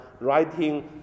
writing